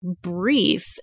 brief